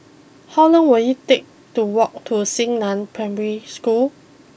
how long will it take to walk to Xingnan Primary School